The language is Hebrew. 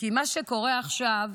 כי מה שקורה עכשיו,